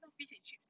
那必须去